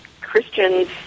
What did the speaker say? Christian's